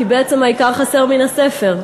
כי בעצם העיקר חסר מן הספר.